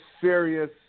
serious